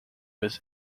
his